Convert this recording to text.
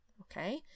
okay